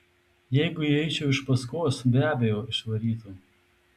jeigu įeičiau iš paskos be abejo išvarytų